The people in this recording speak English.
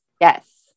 yes